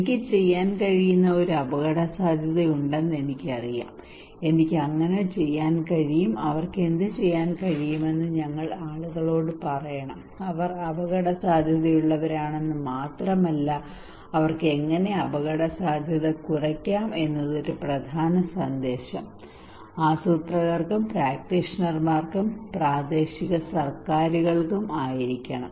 എനിക്ക് ചെയ്യാൻ കഴിയുന്ന ഒരു അപകടസാധ്യത ഉണ്ടെന്ന് എനിക്കറിയാം എനിക്ക് അങ്ങനെ ചെയ്യാൻ കഴിയും അവർക്ക് എന്തുചെയ്യാൻ കഴിയുമെന്ന് ഞങ്ങൾ ആളുകളോട് പറയണം അവർ അപകടസാധ്യതയുള്ളവരാണെന്ന് മാത്രമല്ല അവർക്ക് എങ്ങനെ അപകടസാധ്യത കുറയ്ക്കാം എന്നത് ഒരു പ്രധാന സന്ദേശം ആസൂത്രകർക്കും പ്രാക്ടീഷണർമാർക്കും പ്രാദേശിക സർക്കാരുകൾക്കും ആയിരിക്കണം